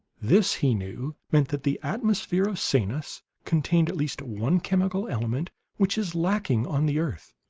this, he knew, meant that the atmosphere of sanus contained at least one chemical element which is lacking on the earth.